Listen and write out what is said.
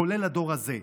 כולל הדור הזה: